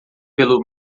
pelo